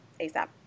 ASAP